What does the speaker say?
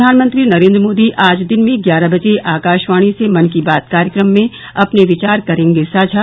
प्रधानमंत्री नरेंद्र मोदी आज दिन में ग्यारह बजे आकाशवाणी से मन की बात कार्यक्रम में अपने विचार करेंगे साझा